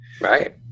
Right